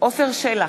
עפר שלח,